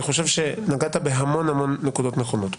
חושב שנגעת בהמון המון נקודות נכונות.